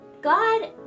God